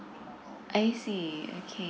I see okay